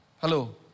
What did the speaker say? Hello